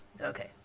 Okay